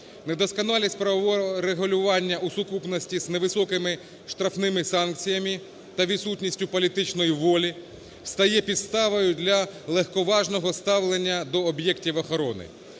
Недосконалість правового регулювання у сукупності з невисокими штрафними санкціями та відсутністю політичної волі стає підставою для легковажного ставлення до об'єктів охорони.